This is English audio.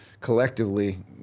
collectively